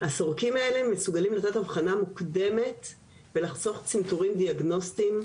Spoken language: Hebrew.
הסורקים האלה מסוגלים לתת אבחנה מוקדמת ולחסוך צנתורים דיאגנוסטיים,